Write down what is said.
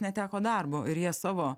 neteko darbo ir jie savo